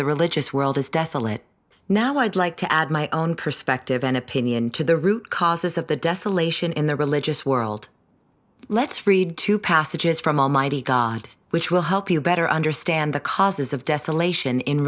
the religious world is desolate now i'd like to add my own perspective and opinion to the root causes of the desolation in the religious world let's read to passages from almighty god which will help you better understand the causes of death elation in